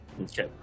Okay